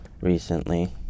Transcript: recently